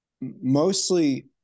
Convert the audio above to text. mostly